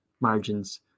margins